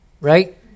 Right